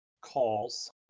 calls